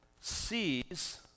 sees